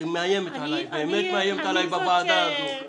מאיימת עלי, באמת מאיימת עלי בוועדה הזו.